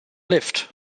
lived